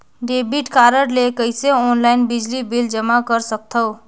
Debit card ले कइसे online बिजली बिल जमा कर सकथव?